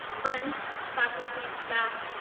friends, faculty, staff,